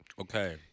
Okay